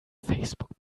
facebook